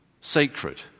sacred